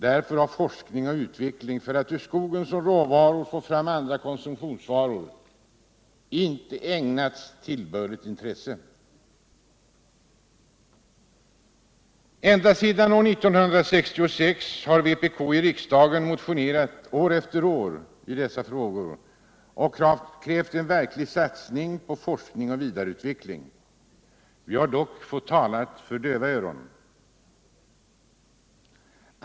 Därför har forskning och utveckling för att ur skogen som råvara få fram andra konsumtionsvaror inte ägnats tillbörligt intresse. Ända sedan år 1966 har vänsterpartiet kommunisterna i riksdagen år efter år motionerat i dessa frågor och krävt en verklig satsning på forskning och vidareutveckling. Vi har dock fått tala för döva öron.